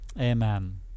Amen